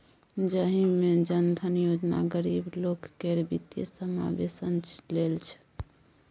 जाहि मे जन धन योजना गरीब लोक केर बित्तीय समाबेशन लेल छै